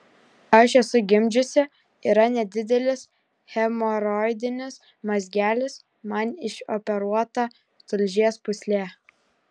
aš esu gimdžiusi yra nedidelis hemoroidinis mazgelis man išoperuota tulžies pūslė